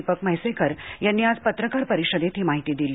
दीपक म्हैसेकर यांनी आज पत्रकार परिषदेत ही माहिती दिली